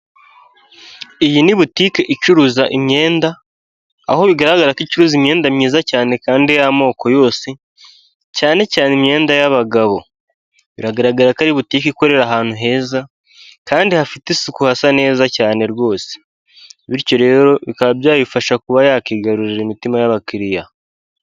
Iyi ni butike icuruza imyenda, aho bigaragara ko icuza imyenda myiza cyane kandi y'amoko yose cyane cyane imyenda yaba'abagabo, biragaragara ko ari butike ikorera ahantu heza kandi hafite isuku hasa neza cyane rwose, bityo rero bikaba byayifasha kuba yakigarurira imitima y'abakiriya.